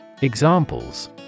Examples